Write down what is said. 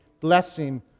blessing